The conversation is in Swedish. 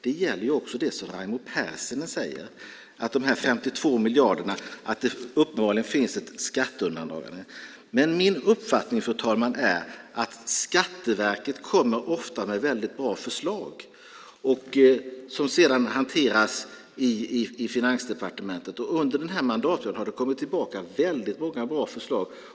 Det gäller också det som Raimo Pärssinen säger om dessa 52 miljarder, att det uppenbarligen finns ett skatteundandragande. Men min uppfattning, fru talman, är att Skatteverket ofta kommer med väldigt bra förslag som sedan hanteras i Finansdepartementet. Under den här mandatperioden har det kommit tillbaka väldigt många bra förslag.